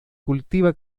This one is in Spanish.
cultiva